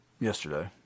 yesterday